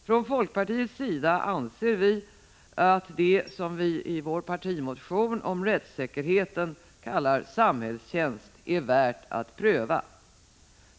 Från folkpartiets sida anser vi att det som vi i vår partimotion om rättssäkerheten kallar samhällstjänst är värt att pröva.